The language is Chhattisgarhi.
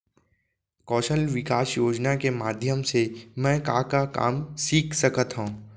कौशल विकास योजना के माधयम से मैं का का काम सीख सकत हव?